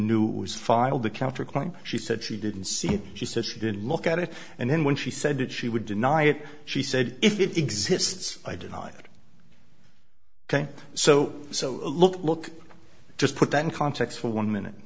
it was filed the counterclaim she said she didn't see it she said she didn't look at it and then when she said that she would deny it she said if it exists i denied ok so so look look just put that in context for one minute